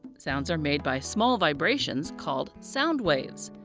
sounds are made by small vibrations called sound waves.